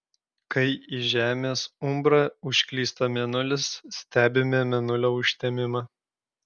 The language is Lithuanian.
kai į žemės umbrą užklysta mėnulis stebime mėnulio užtemimą